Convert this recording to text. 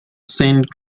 saint